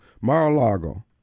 Mar-a-Lago